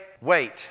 wait